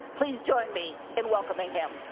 please join me in welcoming him.